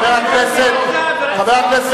חבר הכנסת